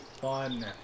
fun